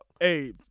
Hey